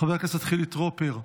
חבר הכנסת חילי טרופר,